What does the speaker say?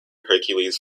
hercules